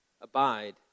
Abide